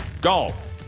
Golf